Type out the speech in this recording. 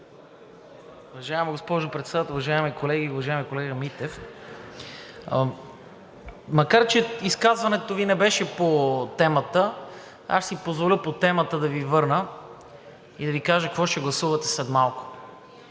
Уважаема госпожо Председател, уважаеми колеги! Уважаеми колега Митев, макар че изказването Ви не беше по темата, аз ще си позволя по темата да Ви върна и да Ви кажа какво ще гласувате след малко.